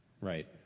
Right